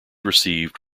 received